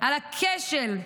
על הכשל.